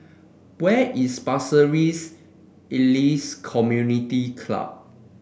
where is Pasir Ris Elias Community Club